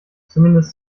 zumindest